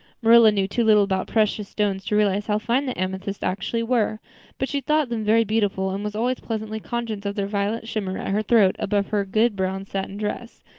marilla knew too little about precious stones to realize how fine the amethysts actually were but she thought them very beautiful and was always pleasantly conscious of their violet shimmer at her throat, above her good brown satin dress,